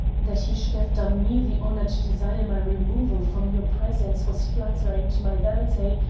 that he should have done me the honour to desire my removal from your presence was flattering to my vanity,